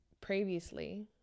previously